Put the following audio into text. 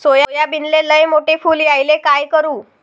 सोयाबीनले लयमोठे फुल यायले काय करू?